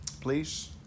please